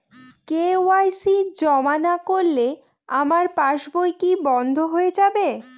KYC জমা না করলে আমার পাসবই কি বন্ধ হয়ে যাবে?